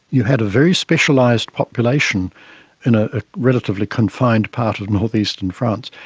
you had a very specialised population in ah a relatively confined part of north-eastern france,